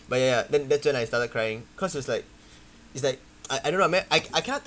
but ya ya then that's when I started crying because it was like it's like I I don't know maybe I I cannot